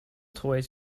toys